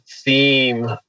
theme